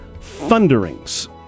thunderings